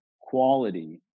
quality